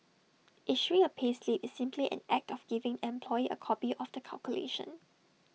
issuing A payslip is simply an act of giving employee A copy of the calculation